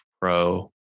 Pro